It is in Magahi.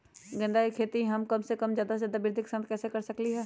गेंदा के खेती हम कम जगह में ज्यादा वृद्धि के साथ कैसे कर सकली ह?